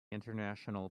international